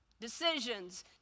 decisions